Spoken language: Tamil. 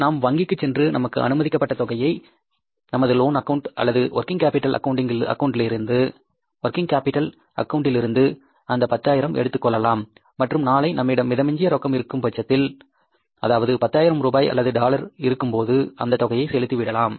நாம் வங்கிக்குச் சென்று நமக்கு அனுமதிக்கப்பட்ட தொகையை நமது லோன் அக்கவுண்ட் அல்லது ஒர்கிங் கேப்பிடல் அக்கவுண்ட்டிலிருந்து அந்த பத்தாயிரம் எடுத்துக்கொள்ளலாம் மற்றும் நாளை நம்மிடம் மிதமிஞ்சிய ரொக்கம் இருக்கும்பட்சத்தில் அதாவது பத்தாயிரம் ரூபாய் அல்லது டாலர் இருக்கும்போது அந்த தொகையை செலுத்திவிடலாம்